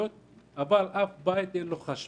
גם מחירי הקרקע אצלנו